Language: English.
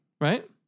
right